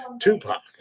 Tupac